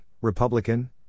Republican